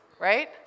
right